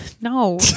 No